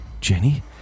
Jenny